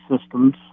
systems